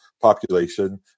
population